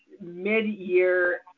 mid-year